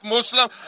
Muslim